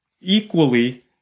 equally